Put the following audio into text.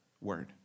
word